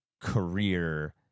career